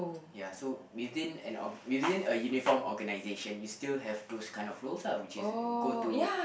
ya so within an org~ within a uniform organisation you still have those kind of roles lah which is go to